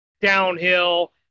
downhill